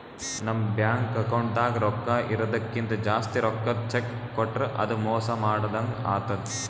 ನಮ್ ಬ್ಯಾಂಕ್ ಅಕೌಂಟ್ದಾಗ್ ರೊಕ್ಕಾ ಇರದಕ್ಕಿಂತ್ ಜಾಸ್ತಿ ರೊಕ್ಕದ್ ಚೆಕ್ಕ್ ಕೊಟ್ರ್ ಅದು ಮೋಸ ಮಾಡದಂಗ್ ಆತದ್